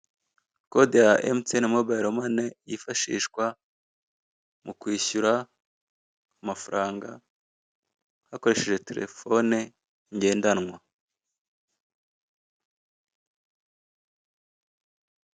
Kode ya emutiyene mobayilo mane, yifashishwa mu kwishyura amafaranga, hakoreshejwe telefone ngendanwa.